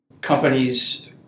companies